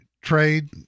trade